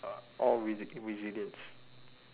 o~ or reli~ resilience